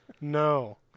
No